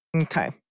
Okay